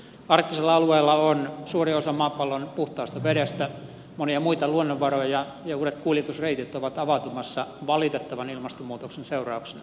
arktisilla alueilla on suuri osa maapallon puhtaasta vedestä monia muita luonnonvaroja ja uudet kuljetusreitit ovat avautumassa valitettavan ilmastonmuutoksen seurauksena